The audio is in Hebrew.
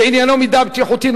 שעניינו מידע בטיחותי,